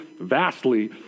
vastly